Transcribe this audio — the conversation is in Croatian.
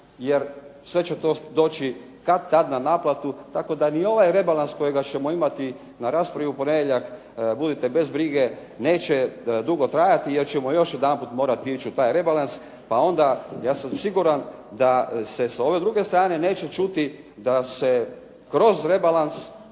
jer sve će to doći kad-tad na naplatu tako da ni ovaj rebalans kojega ćemo imati na raspravi u ponedjeljak budite bez brige neće dugo trajati, jer ćemo još jedanput morati ići u taj rebalans. Pa onda ja sam siguran da se sa ove druge strane neće čuti da se kroz rebalans